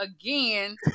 again